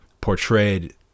portrayed